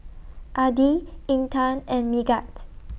Adi Intan and Megat